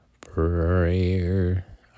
prayer